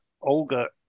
Olga